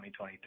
2023